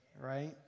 right